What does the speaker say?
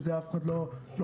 על זה אף אחד לא מדבר.